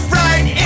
right